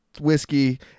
whiskey